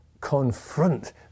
confront